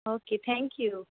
okay thank you